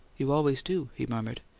you always do, he murmured.